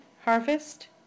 harvest